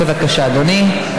בבקשה, אדוני.